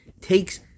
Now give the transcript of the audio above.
takes